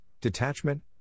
detachment